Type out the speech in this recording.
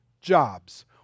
jobs